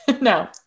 No